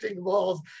balls